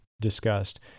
discussed